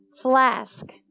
flask